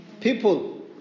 people